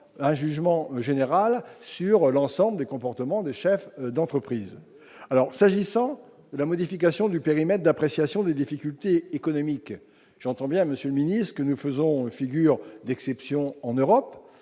un jugement général sur l'ensemble du comportement des chefs d'entreprise alors s'agissant de la modification du périmètre d'appréciation des difficultés économiques, j'entends bien Monsieur ce que nous faisons figure d'exception en Europe,